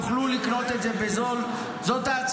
מה שמשרד הבריאות אומר ----- שיוכלו לקנות את זה בזול.